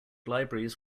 libraries